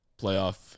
playoff